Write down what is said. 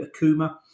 akuma